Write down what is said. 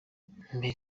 mbere